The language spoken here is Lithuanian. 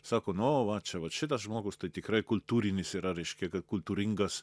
sako nu va čia vat šitas žmogus tai tikrai kultūrinis ir reiškia kad kultūringas